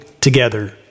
together